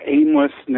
aimlessness